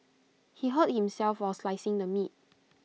he hurt himself while slicing the meat